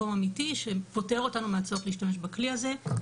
מקום אמיתי, שפותר אותנו מהצורך להשתמש בכלי הזה.